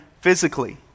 physically